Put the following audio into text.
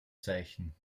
zeichen